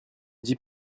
dix